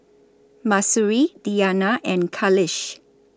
Mahsuri Diyana and Khalish